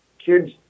Kids